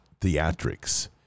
theatrics